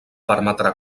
permetrà